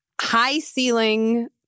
high-ceiling